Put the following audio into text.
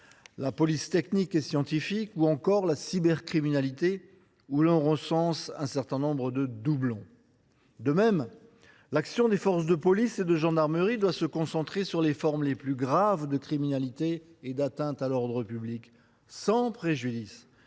la police technique et scientifique ou encore la cybercriminalité, où l’on recense un certain nombre de doublons. De même, l’action des forces de police et de gendarmerie doit se concentrer sur les formes les plus graves de criminalité et d’atteinte à l’ordre public, sans préjudice